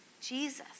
Jesus